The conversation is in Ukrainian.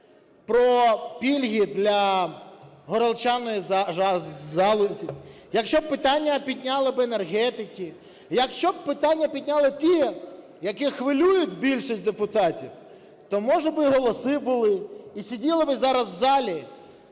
про пільги для горілчаної галузі, якщо б питання підняли б енергетики, якщо б питання підняли ті, які хвилюють більшість депутатів, то, може, б і голоси були, і сиділи б зараз в залі